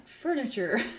furniture